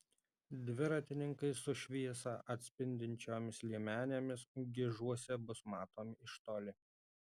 dviratininkai su šviesą atspindinčiomis liemenėmis gižuose bus matomi iš toli